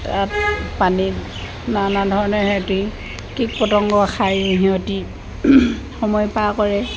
তাত পানীত নানা ধৰণে সিহঁতি কীট পতংগ খাই সিহঁতে সময় পাৰ কৰে